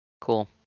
Cool